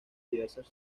diversas